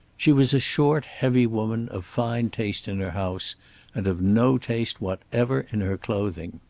she was a short, heavy woman, of fine taste in her house and of no taste whatever in her clothing.